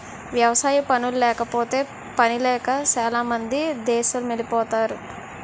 వ్యవసాయ పనుల్లేకపోతే పనిలేక సేనా మంది దేసమెలిపోతరు